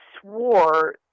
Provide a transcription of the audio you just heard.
swore